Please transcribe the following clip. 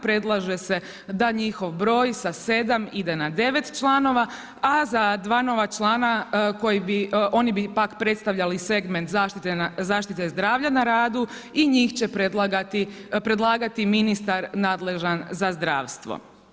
Predlaže se da njihov broj sa 7 ide na 9 članova a za 2 nova člana oni bi pak predstavljali segment zaštite zdravlja na radu i njih će predlagati ministar nadležan za zdravstvo.